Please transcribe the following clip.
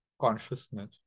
consciousness